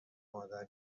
مادر